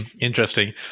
interesting